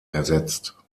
ersetzt